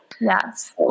Yes